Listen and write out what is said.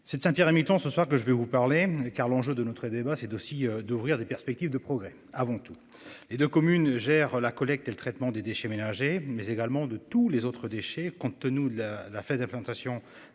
C'est Saint-Pierre-et-Miquelon ce soir que je vais vous parler car l'enjeu de notre débat c'est aussi d'ouvrir des perspectives de progrès avant tout les deux communes gèrent la collecte et le traitement des déchets ménagers mais également de tous les autres déchets, compte tenu de la la fête implantation